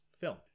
film